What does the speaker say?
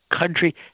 country